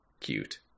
cute